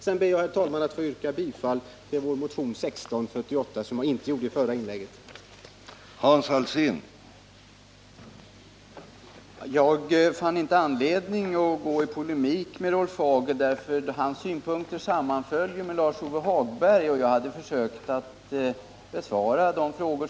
Jag ber vidare, herr talman, att få yrka bifall till vår motion 1648, vilket jag inte gjorde i mitt föregående inlägg.